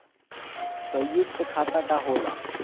सयुक्त खाता का होला?